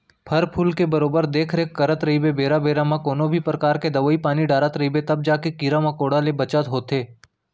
फर फूल के बरोबर देख रेख करत रइबे बेरा बेरा म कोनों भी परकार के दवई पानी डारत रइबे तव जाके कीरा मकोड़ा ले बचत होथे